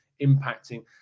impacting